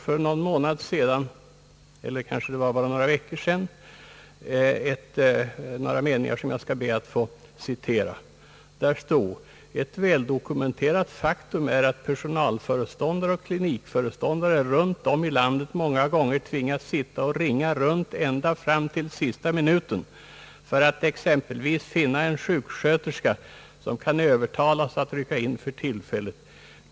För någon månad sedan läste jag i Tidskrift för Sveriges sjuksköterskor några meningar som jag ber att få citera: »Ett väldokumenterat faktum är att personalföreståndare och klinikföreståndare runt om i landet många gånger tvingas sitta och ringa runt ända fram till sista minuten för att exempelvis finna en sjuksköterska som kan övertalas att rycka in tillfälligt.